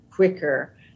quicker